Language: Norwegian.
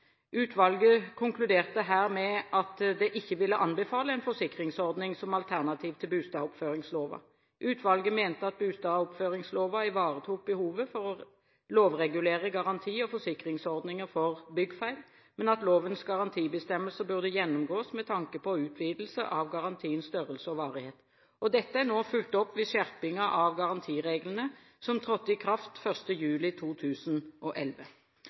Utvalget konkluderte her med at det ikke ville anbefale en forsikringsordning som alternativ til bostedoppføringsloven. Utvalget mente bostedoppføringsloven ivaretok behovet for å lovregulere garanti- og forsikringsordninger for byggfeil, men at lovens garantibestemmelser burde gjennomgås med tanke på utvidelse av garantiens størrelse og varighet. Dette er nå fulgt opp ved skjerpingen av garantireglene, som trådte i kraft 1. juli 2011.